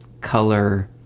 color